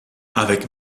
avec